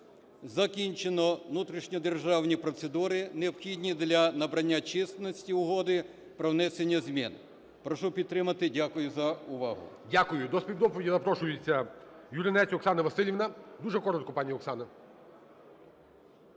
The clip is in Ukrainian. закінчено внутрішньодержавні процедури, необхідні для набрання чинності угоди про внесення змін. Прошу підтримати, дякую за увагу. ГОЛОВУЮЧИЙ. Дякую. До співдоповіді запрошується Юринець Оксана Василівна. Дуже коротко, пані Оксана.